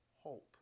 hope